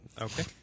Okay